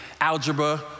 algebra